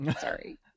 sorry